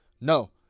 No